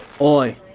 Oi